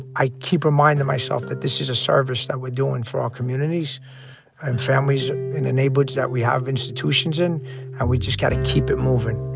i keep reminding myself that this is a service that we're doing for our communities and families in the neighborhoods that we have institutions in, and we've just got to keep it moving.